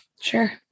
Sure